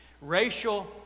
Racial